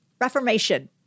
Reformation